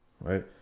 Right